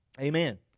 Amen